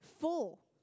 full